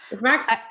Max